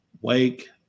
wake